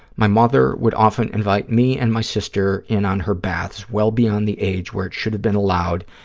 my mother would often invite me and my sister in on her baths well beyond the age where it should have been allowed,